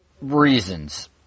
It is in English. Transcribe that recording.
reasons